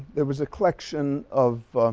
there was a collection of